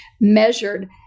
measured